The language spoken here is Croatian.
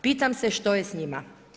Pitam se što je s njima?